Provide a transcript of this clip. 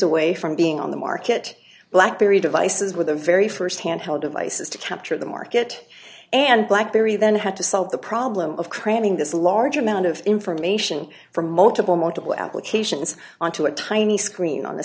away from being on the market blackberry devices were the very st handheld devices to capture the market and blackberry then had to solve the problem of cramming this large amount of information from multiple multiple applications onto a tiny screen on